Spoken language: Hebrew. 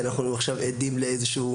זה בוקר מאתגר כי אנחנו עכשיו עדים לאיזה שהוא